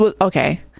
Okay